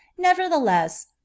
nevertheless